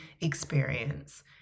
experience